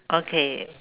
okay